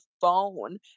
phone